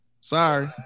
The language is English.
Sorry